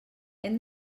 hem